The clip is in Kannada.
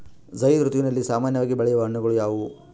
ಝೈಧ್ ಋತುವಿನಲ್ಲಿ ಸಾಮಾನ್ಯವಾಗಿ ಬೆಳೆಯುವ ಹಣ್ಣುಗಳು ಯಾವುವು?